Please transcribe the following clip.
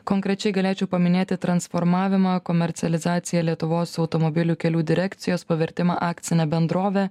konkrečiai galėčiau paminėti transformavimą komercializacija lietuvos automobilių kelių direkcijos pavertimą akcine bendrove